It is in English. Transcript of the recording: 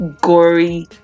gory